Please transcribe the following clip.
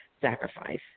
sacrifice